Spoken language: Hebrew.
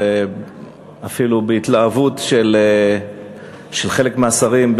ואפילו בהתלהבות של חלק מהשרים,